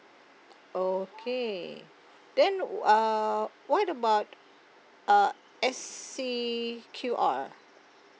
okay then uh what about uh S_C_Q_R